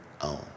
own